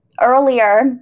earlier